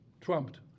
trumped